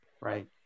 Right